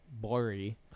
blurry